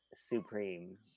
Supreme